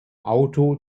auto